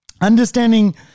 understanding